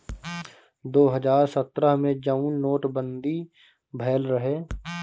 दो हज़ार सत्रह मे जउन नोट बंदी भएल रहे